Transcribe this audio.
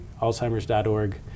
Alzheimer's.org